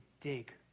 dig